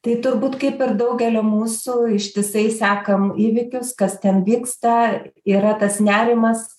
tai turbūt kaip ir daugelio mūsų ištisai sekam įvykius kas ten vyksta yra tas nerimas